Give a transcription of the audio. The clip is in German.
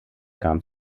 kam